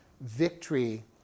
victory